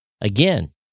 again